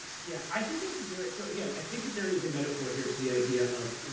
yeah, i think there's a very, so, again, i think that there is a metaphor here to the idea of,